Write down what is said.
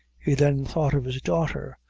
he then thought of his daughter,